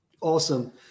awesome